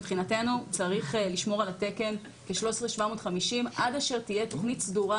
מבחינתנו צריך לשמור על התקן של 13,750 עד אשר תהיה תכנית סדורה